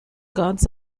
gods